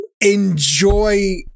Enjoy